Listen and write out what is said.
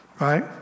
right